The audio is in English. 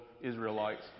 Israelites